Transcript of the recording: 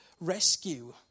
rescue